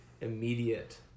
immediate